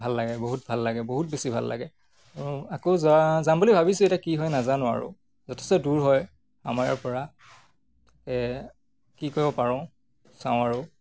ভাল লাগে বহুত ভাল লাগে বহুত বেছি ভাল লাগে আকৌ যোৱা যাম বুলি ভাবিছোঁ এতিয়া কি হয় নাজানো আৰু যথেষ্ট দূৰ হয় আমাৰ ইয়াৰ পৰা কি কৰিব পাৰোঁ চাওঁ আৰু